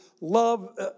love